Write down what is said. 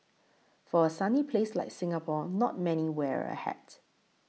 for a sunny place like Singapore not many people wear a hat